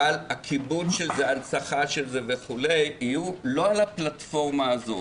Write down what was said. אבל ההנצחה של זה וכו' יהיו לא על הפלטפורמה הזאת.